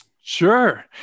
Sure